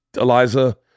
Eliza